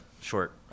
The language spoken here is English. short